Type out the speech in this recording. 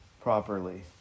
properly